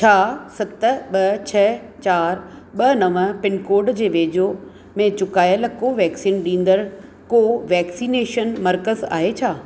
छा सत ॿ छह चारि ॿ नव पिनकोड जे वेझो में चुकायल कोवैक्सीन ॾींदड़ को वैक्सीनेशन मर्कज़ु आहे छा